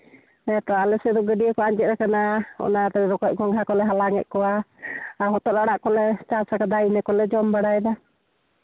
ᱦᱮᱸ ᱛᱚ ᱟᱞᱮ ᱥᱮᱫ ᱫᱚ ᱜᱟᱹᱰᱭᱟᱹ ᱠᱚ ᱟᱸᱡᱮᱫ ᱠᱟᱱᱟ ᱚᱱᱟᱛᱮ ᱨᱚᱠᱚᱡ ᱜᱚᱸᱜᱷᱟ ᱠᱚᱞᱮ ᱦᱟᱞᱟᱝᱮᱫ ᱠᱚᱣᱟ ᱟᱨ ᱦᱚᱛᱚᱫ ᱟᱲᱟᱜ ᱠᱚᱞᱮ ᱪᱟᱥ ᱠᱟᱫᱟ ᱤᱱᱟᱹ ᱠᱚᱞᱮ ᱡᱚᱢ ᱵᱟᱲᱟᱭᱮᱫᱟ